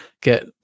get